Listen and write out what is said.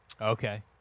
Okay